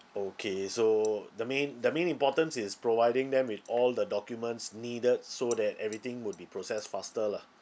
okay so the main the main importance is providing them with all the documents needed so that everything would be processed faster lah